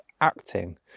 acting